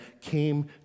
came